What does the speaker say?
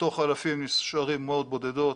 מתוך אלפים נשארים מאות בודדות,